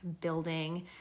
building